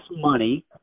money